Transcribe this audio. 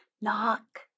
Knock